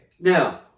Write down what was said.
now